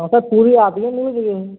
हाँ सर पूरी आती है न्यूज़